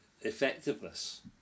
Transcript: effectiveness